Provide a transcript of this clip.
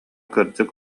кырдьык